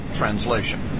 translation